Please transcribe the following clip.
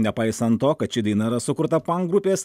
nepaisant to kad ši daina sukurta pank grupės